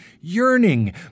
yearning